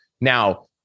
Now